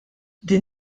din